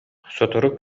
сотору